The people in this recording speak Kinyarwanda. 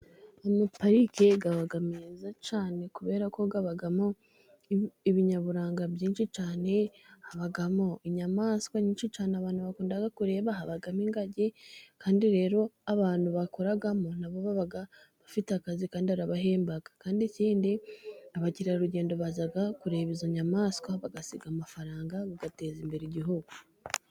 Amaparike aba meza cyane ,kubera ko habamo ibinyaburanga byinshi cyane, habamo inyamaswa nyinshi cyane, abantu bakunda kureba, habamo ingagi, kandi rero abantu bakoramo nabo baba bafite akazi kandi arabahemba .Kandi ikindi abakerarugendo baza kureba izo nyamaswa ,bagasiga amafaranga agateza imbere igihugu.